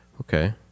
okay